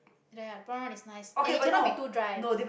ya the prawn one is nice and it cannot be too dry